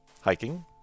hiking